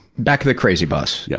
back of the crazy bus, yeah